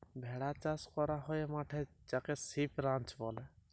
ভেড়া চাস ক্যরা হ্যয় মাঠে যাকে সিপ রাঞ্চ ব্যলে